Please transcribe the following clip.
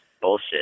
bullshit